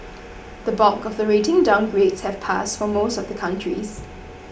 the bulk of the rating downgrades have passed for most of the countries